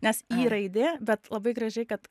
nes y raidė bet labai gražiai kad